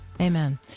Amen